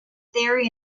theory